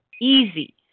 easy